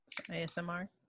ASMR